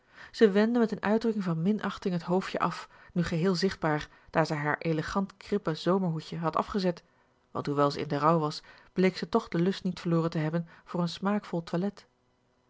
zij wendde met eene uitdrukking van minachting het hoofdje af nu geheel zichtbaar daar zij haar elegant krippen zomerhoedje had afgezet want hoewel zij in den rouw was bleek ze toch den lust niet verloren te hebben voor een smaakvol toilet